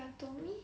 but to me